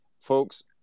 folks